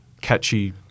catchy